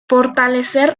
fortalecer